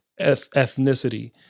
ethnicity